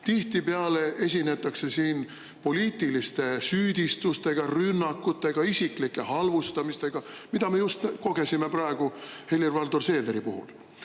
tihtipeale esinetakse poliitiliste süüdistustega, rünnakutega, isikliku halvustamisega, mida me just kogesime praegu Helir-Valdor Seederi puhul.